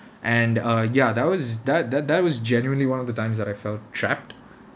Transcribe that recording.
and uh ya that was that that that was genuinely one of the times that I felt trapped